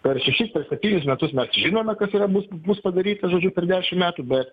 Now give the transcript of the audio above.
per šešis per septynis metus mes žinome kas yra bus bus padaryta žodžiu per dešimt metų bet